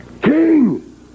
king